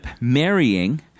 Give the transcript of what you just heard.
marrying